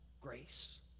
Grace